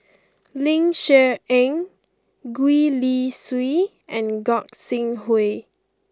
Ling Cher Eng Gwee Li Sui and Gog Sing Hooi